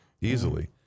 easily